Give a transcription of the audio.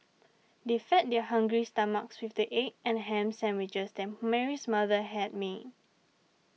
they fed their hungry stomachs with the egg and ham sandwiches that Mary's mother had made